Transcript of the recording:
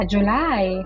July